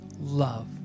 love